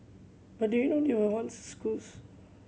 but do you know they were once schools